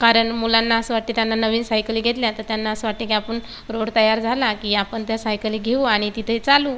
कारण मुलांना असं वाटते त्यांना नवीन सायकली घेतल्या तर त्यांना असं वाटते की आपण रोड तयार झाला की आपण त्या सायकली घेऊ आणि तिथे चालवू